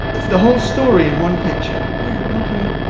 the whole story in one picture. yeah, okay.